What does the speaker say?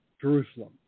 Jerusalem